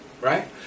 Right